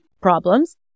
problems